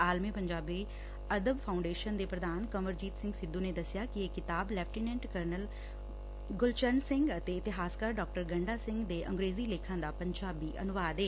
ਆਲਮੀ ਪੰਜਾਬੀ ਅਦਬ ਫਾਉਂਡੇਸ਼ਨ ਦੇ ਪੂਧਾਨ ਕੰਵਰਜੀਤ ਸਿੰਘ ਸਿੱਧੁ ਨੇ ਦੱਸਿਆ ਕਿ ਇਹ ਕਿਤਾਬ ਲੈਫਟੀਨੈਂਟ ਕਰਨਲ ਗੁਲਚਰਨ ਸਿੰਘ ਅਤੇ ਇਤਿਹਾਸਕਾਰ ਡਾ ਗੰਡਾ ਸਿੰਘ ਦੇ ਅੰਗਰੇਜ਼ੀ ਲੇਖਾਂ ਦਾ ਪੰਜਾਬੀ ਅਨੁਵਾਦ ਏ